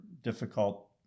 difficult